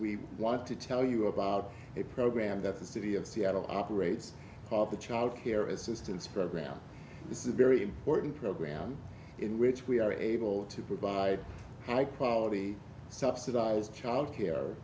we want to tell you about a program that the city of seattle operates off the child care assistance program this is very important program in which we are able to provide high quality subsidized child care